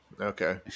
okay